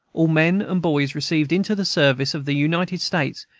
all men and boys received into the service of the united states,